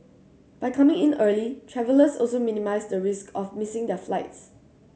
by coming in early travellers also minimise the risk of missing their flights